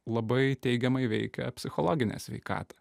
labai teigiamai veikia psichologinę sveikatą